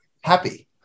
happy